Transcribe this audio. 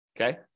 okay